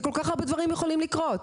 זה כל כך הרבה דברים יכולים לקרות,